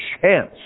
chance